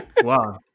Wow